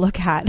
look at